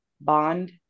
bond